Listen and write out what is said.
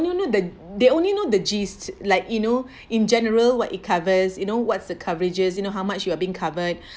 know the they only know the g~ like you know in general what it covers you know what's the coverages you know how much you are being covered